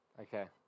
Okay